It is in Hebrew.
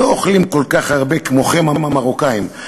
לא אוכלים כל כך הרבה כמוכם, המרוקאים.